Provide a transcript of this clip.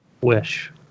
Wish